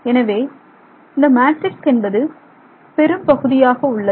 எனவே இந்த மேட்ரிக்ஸ் என்பது பெரும்பகுதியாக உள்ளது